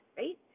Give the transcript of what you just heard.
right